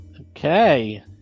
Okay